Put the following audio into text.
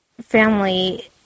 family